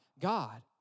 God